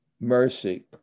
mercy